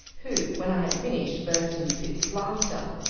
who, when i had finished, burst into fits of laughter.